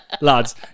Lads